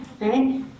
Right